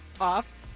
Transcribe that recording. off